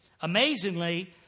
Amazingly